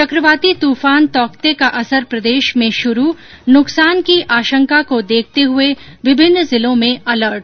चक़वाती तूफान तौकते का असर प्रदेश में शुरू नुकसान की आशंका को देखते हुये विभिन्न जिलों में अलर्ट